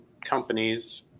companies